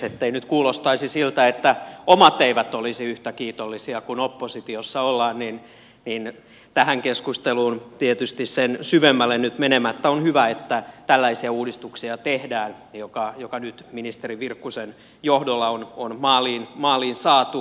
ettei nyt kuulostaisi siltä että omat eivät olisi yhtä kiitollisia kuin oppositiossa ollaan niin sanon tähän keskusteluun tietysti sen syvemmälle nyt menemättä että on hyvä että tehdään tällaisia uudistuksia jollainen nyt ministeri virkkusen johdolla on maaliin saatu